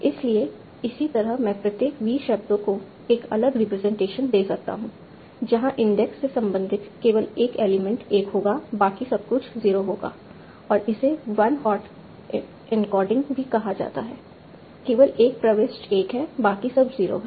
इसलिए इसी तरह मैं प्रत्येक V शब्दों को एक अलग रिप्रेजेंटेशन दे सकता हूं जहां इंडेक्स से संबंधित केवल 1 एलिमेंट 1 होगा बाकी सब कुछ 0 होगा और इसे वन हॉट एन्कोडिंग भी कहा जाता है केवल एक प्रविष्टि 1 है बाकी सब 0 है